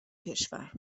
کشور